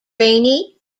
rainy